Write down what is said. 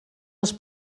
als